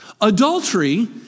Adultery